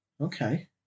Okay